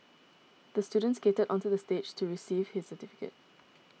the student skated onto the stage to receive his certificate